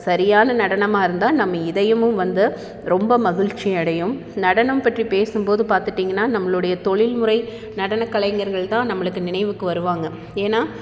சரியான நடனமாக இருந்தால் நம்ம இதயமும் வந்து ரொம்ப மகிழ்ச்சி அடையும் நடனம் பற்றி பேசும் போது பார்த்துட்டீங்கனா நம்மளுடைய தொழில்முறை நடனக்க கலைஞர்கள் தான் நம்மளுக்கு நினைவுக்கு வருவாங்க ஏன்னா